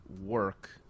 work